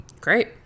Great